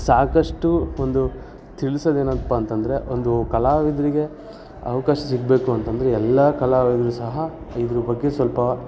ಸಾಕಷ್ಟು ಒಂದು ತಿಳ್ಸೋದೇನಪ್ಪ ಅಂತಂದರೆ ಒಂದು ಕಲಾವಿದರಿಗೆ ಅವ್ಕಾಶ ಸಿಗಬೇಕು ಅಂತಂದರೆ ಎಲ್ಲ ಕಲಾವಿದರು ಸಹ ಇದ್ರ ಬಗ್ಗೆ ಸ್ವಲ್ಪ